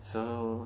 so